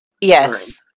yes